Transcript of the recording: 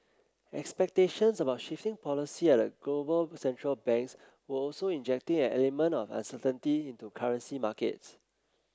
expectations about shifting policy at global central banks were also injecting an element of uncertainty into currency markets